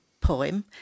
poem